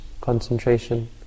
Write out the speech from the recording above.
concentration